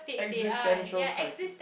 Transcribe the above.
existential crisis